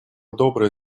добрые